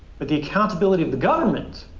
but the accountability of the government